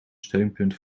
steunpunt